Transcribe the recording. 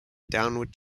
downward